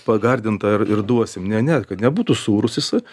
pagardintą ir ir duosim ne ne kad nebūtų sūrūs jisai